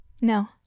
no